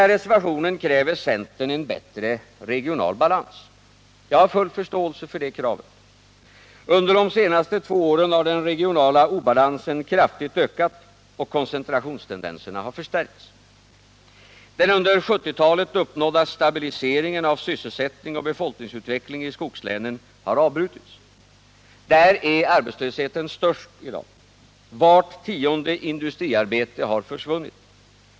I reservationen kräver centern en bättre regional balans. Jag har full förståelse för det kravet. Under de senaste två åren har den regionala obalansen kraftigt ökat och koncentrationstendenserna förstärkts. Den under 1970-talet uppnådda stabiliseringen av sysselsättning och befolkningsutveckling i skogslänen har avbrutits. Där är arbetslösheten störst i dag. Vart tionde industriarbete har försvunnit.